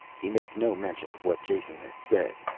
he made no mention of what jason had said.